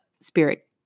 spirit